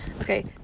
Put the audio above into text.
Okay